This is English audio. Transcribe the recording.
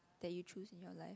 that you choose in your life